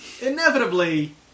inevitably